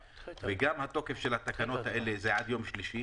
וגם התוקף של התקנות האלה זה עד יום שלישי.